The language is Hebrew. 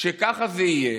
שככה זה יהיה,